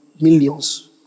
Millions